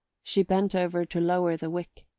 she bent over to lower the wick,